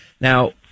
Now